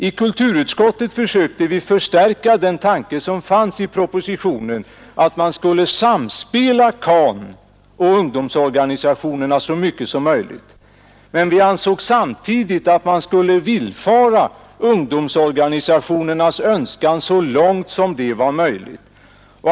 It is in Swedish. I konstitutionsutskottet försökte vi förstärka den tanke som finns i propositionen, att man skall samspela CAN och ungdomsorganisationerna i största möjliga utsträckning, men samtidigt ansåg vi oss böra villfara ungdomsorganisationernas önskan så långt som möjligt.